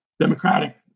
democratic